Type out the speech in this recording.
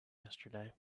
yesterday